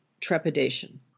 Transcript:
trepidation